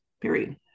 period